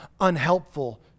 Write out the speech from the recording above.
unhelpful